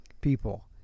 people